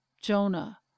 Jonah